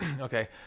Okay